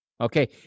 Okay